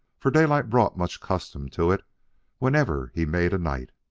for daylight brought much custom to it whenever he made a night.